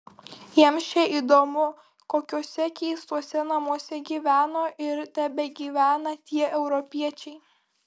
jiems čia įdomu kokiuose keistuose namuose gyveno ir tebegyvena tie europiečiai